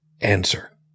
answer